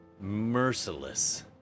merciless